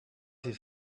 his